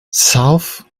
south